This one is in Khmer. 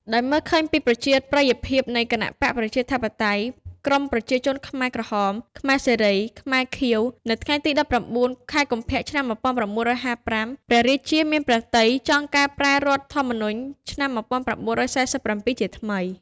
ដោយមើលឃើញពីប្រជាប្រិយភាពនៃគណបក្សប្រជាធិបតេយ្យ ក្រុមប្រជាជនខ្មែរក្រហម ខ្មែរសេរី ខ្មែរខៀវ នៅថ្ងៃទី ១៩ ខែកុម្ភៈ ឆ្នាំ ១៩៥៥ ព្រះរាជាមានព្រះទ័យចង់កែប្រែរដ្ឋធម្មនុញ្ញឆ្នាំ ១៩៤៧ ជាថ្មី។